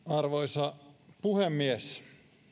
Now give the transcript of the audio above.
arvoisa puhemies